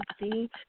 See